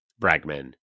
Bragman